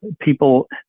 people